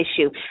issue